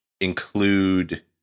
include